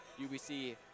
UBC